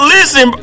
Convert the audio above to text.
Listen